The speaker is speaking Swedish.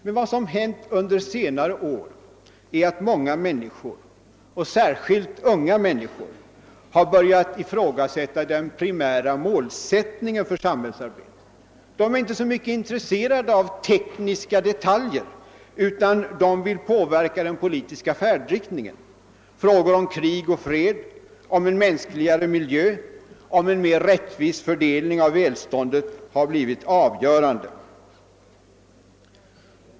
Men vad som hänt under senare år är att många människor, särskilt unga människor, har börjat ifrågasätta den primära målsättningen för samhällsarbetet. De är inte så intresserade av tekniska detaljer, utan de vill påverka den politiska färdriktningen. Frågor om krig och fred, om en mänskligare miljö, om en mer rättvis fördelning av välståndet har blivit avgörande.